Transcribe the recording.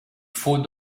faut